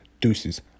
Deuces